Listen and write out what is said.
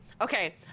okay